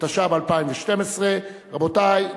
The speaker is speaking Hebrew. התשע"ב 2012. רבותי,